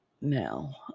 now